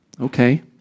Okay